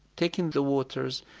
taking the waters,